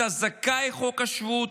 אתה זכאי חוק השבות,